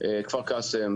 כפר קאסם,